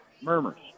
Murmurs